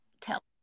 tell